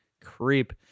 creep